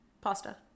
Pasta